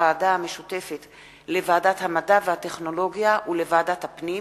חוק שירות המדינה (גמלאות)